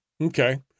Okay